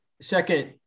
second